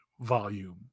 volume